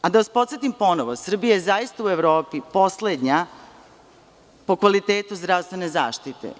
Da vas podsetim ponovo, Srbija je zaista u Evropi poslednja po kvalitetu zdravstvene zaštite.